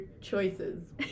choices